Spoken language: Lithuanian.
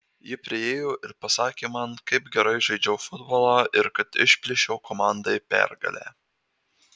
ji priėjo ir pasakė man kaip gerai žaidžiau futbolą ir kad išplėšiau komandai pergalę